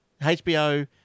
HBO